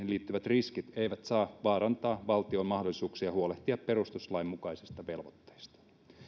liittyvät riskit eivät saa vaarantaa valtion mahdollisuuksia huolehtia perustuslainmukaisista velvoitteista